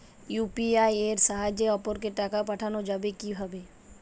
UPI এর সাহায্যে অপরকে টাকা পাঠানো যাবে কিভাবে?